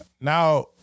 Now